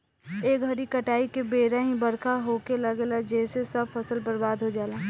ए घरी काटाई के बेरा ही बरखा होखे लागेला जेसे सब फसल बर्बाद हो जाला